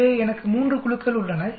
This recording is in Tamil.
எனவே எனக்கு 3 குழுக்கள் உள்ளன